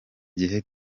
gihe